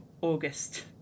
August